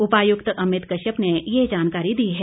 उपायुक्त अमित कश्यप ने ये जानकारी दी है